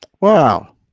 Wow